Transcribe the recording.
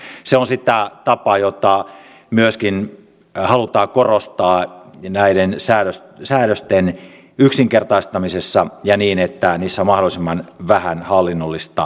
se on sitä tapaa jota myöskin halutaan korostaa näiden säädösten yksinkertaistamisessa ja niin että niissä on mahdollisimman vähän hallinnollista taakkaa